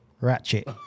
ratchet